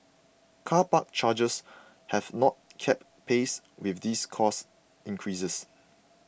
car park charges have not kept pace with these cost increases